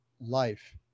life